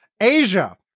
Asia